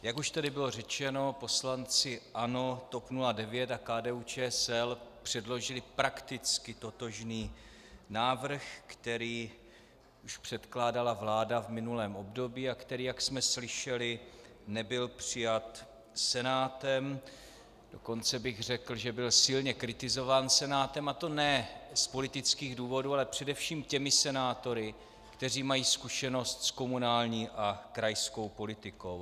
Jak už tady bylo řečeno, poslanci ANO, TOP 09 a KDUČSL předložili prakticky totožný návrh, který už předkládala vláda v minulém období a který, jak jsme slyšeli, nebyl přijat Senátem, dokonce bych řekl, že byl silně kritizován Senátem, a to ne z politických důvodů, ale především těmi senátory, kteří mají zkušenost s komunální a krajskou politikou.